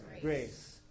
grace